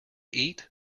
eat